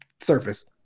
surface